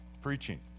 preaching